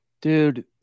Dude